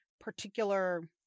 particular